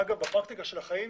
אגב, בפרקטיקה של החיים